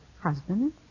Husband